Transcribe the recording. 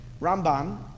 Ramban